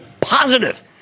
positive